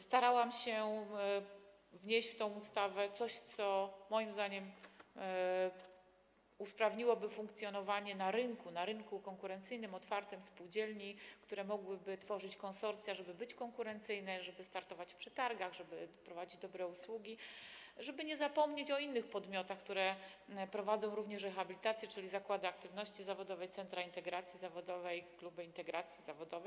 Starałam się wnieść do tej ustawy coś, co moim zdaniem usprawniłoby funkcjonowanie na konkurencyjnym rynku, na rynku otwartym, spółdzielni, które mogłyby tworzyć konsorcja, żeby były konkurencyjne, żeby startowały w przetargach, prowadziły dobre usługi, żeby nie zapomnieć o innych podmiotach, które prowadzą również rehabilitację, czyli zakładach aktywności zawodowej, centrach integracji zawodowej, klubach integracji zawodowej.